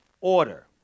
Order